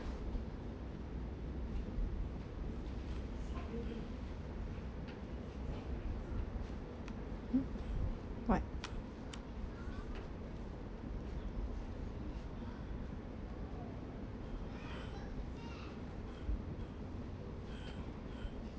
what